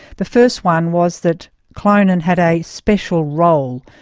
the first one was that clonan had a special role,